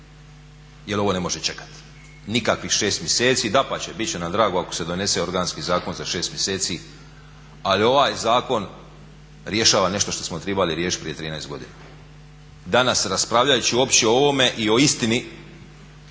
jer ovo ne može čekati. Nikakvih 6 mjesece, dapače bit će nam drago ako se donese organski zakon za 6 mjeseci, ali ovaj zakon rješava nešto što smo trebali riješit prije 13 godina. Danas, raspravljajući uopće o ovome i o istini